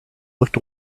looked